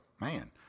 man